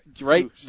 right